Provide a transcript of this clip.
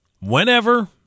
whenever